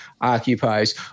occupies